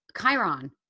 Chiron